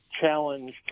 challenge